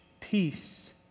peace